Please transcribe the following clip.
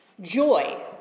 Joy